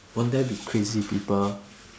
won't there be crazy people